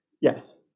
Yes